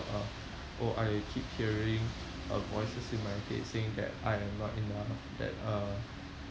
uh oh I keep hearing uh voices in my head saying that I am not enough that uh